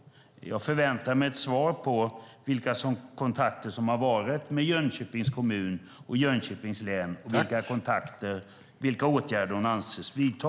Jag förväntar mig ett svar på vilka kontakter som har varit med Jönköpings kommun och Jönköpings län och vilka åtgärder hon avser vidta.